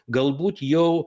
galbūt jau